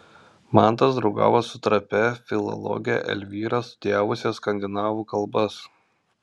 mantas draugavo su trapia filologe elvyra studijavusia skandinavų kalbas